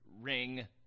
ring